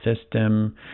system